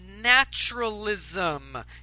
naturalism